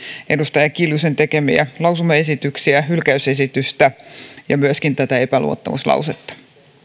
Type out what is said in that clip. edustaja kiljusen tekemiä lausumaesityksiä hylkäysesitystä ja myöskin tätä epäluottamuslausetta